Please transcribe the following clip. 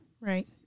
Right